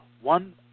one